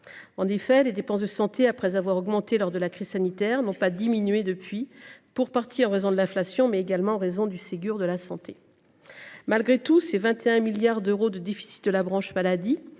En effet, les dépenses de santé, après avoir augmenté lors de la crise sanitaire, n’ont pas diminué depuis, pour partie à cause de l’inflation, mais aussi en raison du Ségur de la santé. Malgré tout, ces 21 milliards d’euros de déficit de la branche maladie